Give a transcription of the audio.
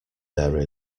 there